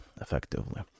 effectively